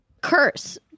Curse